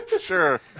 Sure